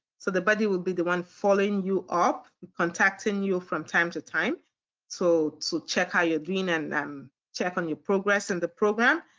so the buddy will be the one following you up, contacting you from time to time so to check how you're doing and then check on your progress in the program.